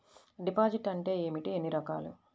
Deposit అంటే ఏమిటీ ఎన్ని రకాలు?